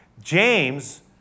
James